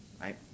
right